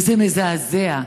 וזה מזעזע.